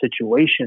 situation